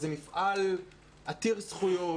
זה מפעל עתיר זכויות,